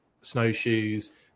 snowshoes